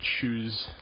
choose